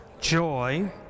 joy